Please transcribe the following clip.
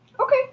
Okay